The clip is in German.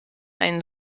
einen